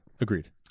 Agreed